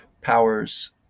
powers